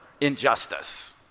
injustice